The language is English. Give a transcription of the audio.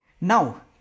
Now